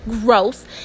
gross